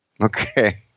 Okay